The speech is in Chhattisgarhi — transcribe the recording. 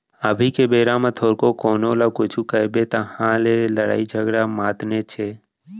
अभी के बेरा म थोरको कोनो ल कुछु कबे तहाँ ले लड़ई झगरा मातनेच हे